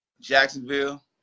Jacksonville